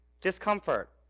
Discomfort